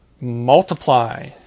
multiply